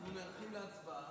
אנחנו נערכים להצבעה.